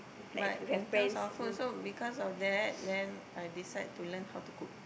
but in terms of food so because of that then I decide how to learn how to cook